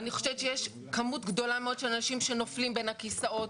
אני חושבת שיש כמות גדולה מאוד של אנשים שנופלים בין הכסאות,